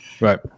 Right